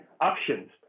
options